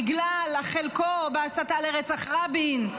בגלל חלקו בהסתה לרצח רבין.